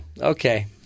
Okay